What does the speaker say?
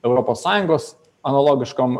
europos sąjungos analogiškom